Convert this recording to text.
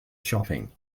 shopping